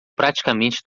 praticamente